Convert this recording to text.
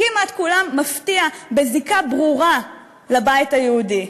כמעט כולם, מפתיע, בזיקה ברורה לבית היהודי.